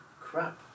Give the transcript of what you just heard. Crap